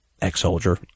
ex-soldier